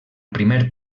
primer